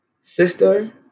Sister